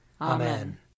Amen